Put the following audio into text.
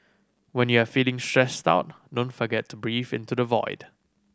when you are feeling stressed out don't forget to breathe into the void